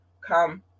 come